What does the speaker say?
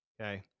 Okay